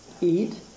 eat